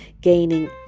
gaining